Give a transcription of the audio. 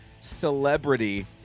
celebrity